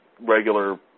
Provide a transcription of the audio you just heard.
regular